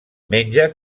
menja